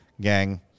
gang